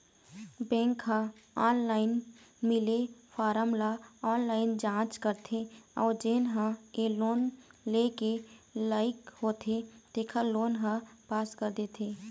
bank ह online मिले form ल ऑनलाईन जाँच करथे अउ जेन ह ए लोन लेय के लइक होथे तेखर लोन ल पास कर देथे